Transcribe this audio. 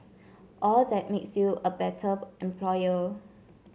all that makes you a better employer